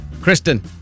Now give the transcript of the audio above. Kristen